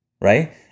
right